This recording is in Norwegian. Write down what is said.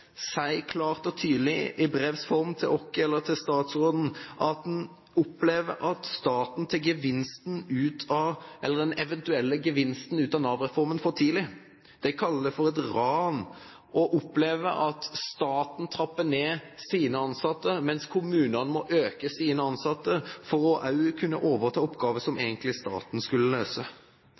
staten tar den eventuelle gevinsten ut av Nav-reformen for tidlig. De kaller det for et ran og opplever at staten trapper ned på antall ansatte, mens kommunene må øke antall ansatte for også å kunne overta oppgavene som egentlig staten skulle løse.